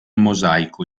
mosaico